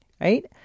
right